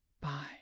Bye